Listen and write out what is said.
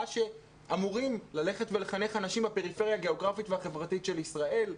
שאמורים ללכת ולחנך אנשים בפריפריה הגיאוגרפית והחברתית של ישראל.